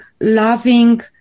loving